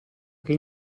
che